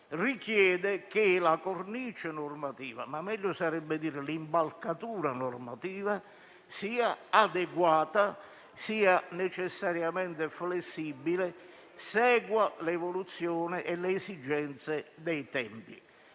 richiede che la cornice normativa - ma meglio sarebbe dire l'impalcatura normativa - sia adeguata, necessariamente flessibile e segua l'evoluzione e le esigenze dei tempi.